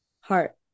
Heart